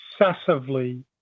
excessively